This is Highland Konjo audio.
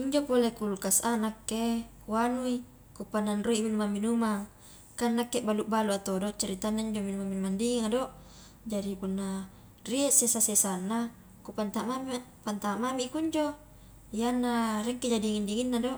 injo pole kulkas a nakke kuanaui ku pananroi i minumang-minumang, kan nakke balu-balu a todo ceritanna injo minuman-minuman dinginga do jadi punna rie sesa-sesanna ku pantama mami, kupantama mami i kunjo iyana riekkija dingin-dinginna do.